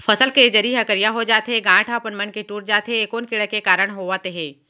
फसल के जरी ह करिया हो जाथे, गांठ ह अपनमन के टूट जाथे ए कोन कीड़ा के कारण होवत हे?